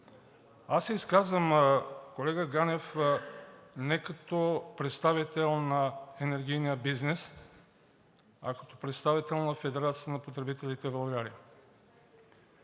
се изказвам, колега Ганев, не като представител на енергийния бизнес, а като представител на Федерацията на потребителите в България.